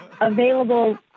Available